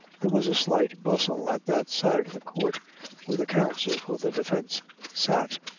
there was a slight bustle at that side of the court where the counsel for the defense sat,